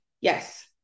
yes